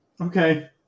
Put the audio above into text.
Okay